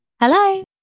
Hello